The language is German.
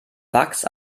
wachs